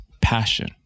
passion